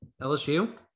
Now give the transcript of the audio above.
LSU